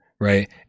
right